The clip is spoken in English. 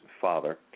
father